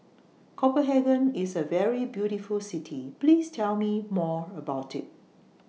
Copenhagen IS A very beautiful City Please Tell Me More about IT